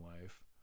life